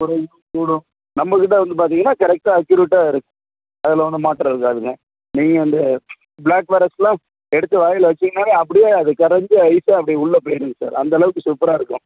குறையும் கூடும் நம்ம கிட்டே வந்து பார்த்தீங்கன்னா கரெக்டா் அக்யூரேட்டாக இருக்கும் அதில் ஒன்றும் மாற்றம் இருக்காதுங்க நீங்கள் அந்த ப்ளாக் ஃபாரெஸ்ட்டெலாம் எடுத்து வாயில் வைச்சீங்கன்னாவே அப்படியே அது கரைஞ்சு லைட்டாக அப்படியே உள்ளேப் போய்விடுங்க சார் அந்த அளவுக்கு சூப்பராக இருக்கும்